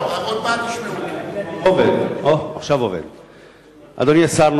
אדוני השר,